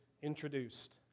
introduced